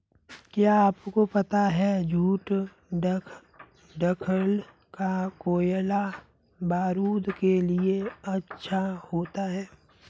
क्या आपको पता है जूट डंठल का कोयला बारूद के लिए अच्छा होता है